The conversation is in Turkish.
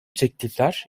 teklifler